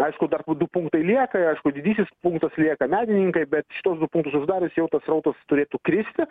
aišku dar du punktai lieka aišku didysis punktas lieka medininkai bet šituos du punktus uždarius jau tas srautas turėtų kristi